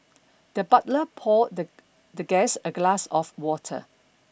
the butler poured the the guest a glass of water